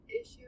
issue